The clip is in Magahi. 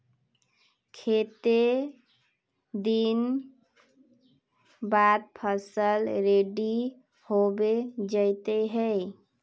केते दिन बाद फसल रेडी होबे जयते है?